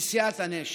לנשיאת הנשק,